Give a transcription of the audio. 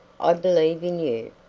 i believe in you.